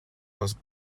was